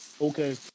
okay